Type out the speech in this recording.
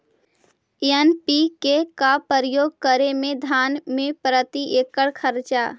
NPK का प्रयोग करे मे धान मे प्रती एकड़ खर्चा?